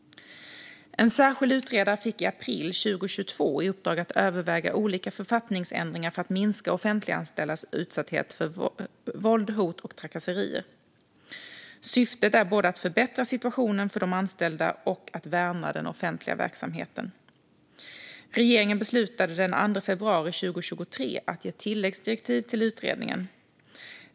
En särskild utredare fick i april 2022 i uppdrag att överväga olika författningsändringar för att minska offentliganställdas utsatthet för våld, hot och trakasserier . Syftet är både att förbättra situationen för de anställda och att värna den offentliga verksamheten. Regeringen beslutade den 2 februari 2023 att ge tilläggsdirektiv till utredningen .